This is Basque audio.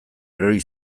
erori